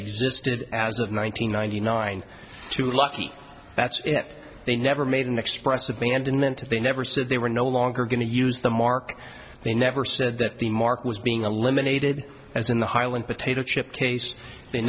existed as of one nine hundred ninety nine two lucky that's it they never made an express abandonment they never said they were no longer going to use the mark they never said that the more was being a limited as in the highland potato chip case they